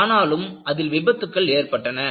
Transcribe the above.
ஆனாலும் அதில் விபத்துக்கள் ஏற்பட்டன